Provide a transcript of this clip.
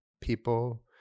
people